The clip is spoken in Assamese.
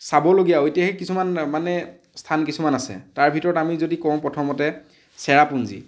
চাবলগীয়া ঐতিহাসিক কিছুমান মানে স্থান কিছুমান আছে তাৰ ভিতৰত আমি যদি কওঁ প্ৰথমতে চেৰাপুঞ্জী